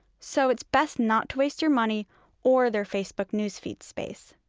so it's best not to waste your money or their facebook newsfeed space.